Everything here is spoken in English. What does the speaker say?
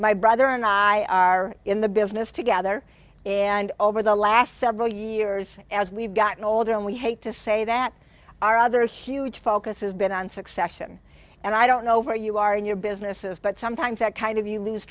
my brother and i are in the business together and over the last several years as we've gotten older and we hate to say that our other huge focus has been on succession and i don't know where you are in your businesses but sometimes that kind of you lose